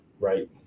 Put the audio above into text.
right